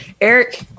Eric